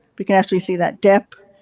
we can actually see that depth.